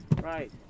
Right